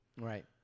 Right